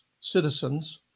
citizens